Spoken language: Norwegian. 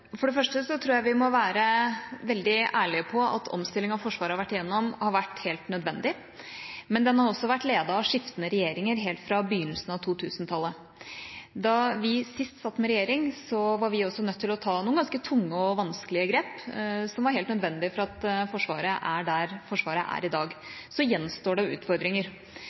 For det første tror jeg vi må være veldig ærlige på at omstillinga Forsvaret har vært gjennom, har vært helt nødvendig, men den har også vært ledet av skiftende regjeringer helt fra begynnelsen av 2000-tallet. Da vi sist satt med regjering, var vi også nødt til å ta noen ganske tunge og vanskelige grep, som var helt nødvendig for at Forsvaret er der det er i dag. Så gjenstår det utfordringer.